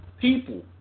people